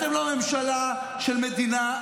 אתם לא ממשלה של מדינה,